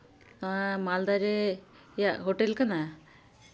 ᱢᱟᱞᱫᱟ ᱨᱮᱭᱟᱜ ᱦᱳᱴᱮᱞ ᱠᱟᱱᱟ